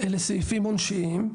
אלה סעיפים עונשיים.